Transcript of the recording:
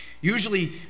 Usually